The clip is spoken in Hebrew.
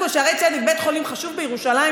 קודם כול, שערי צדק בית-חולים חשוב בירושלים.